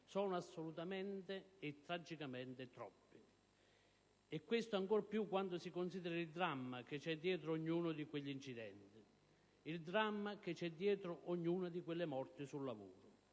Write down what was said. sono assolutamente e tragicamente troppi. E questo ancor più quando si considera il dramma che vi è dietro ognuno di quegli incidenti, il dramma che c'è dietro ognuno di quelle morti sul lavoro.